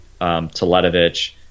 Toledovich